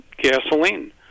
gasoline